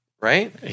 right